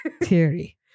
theory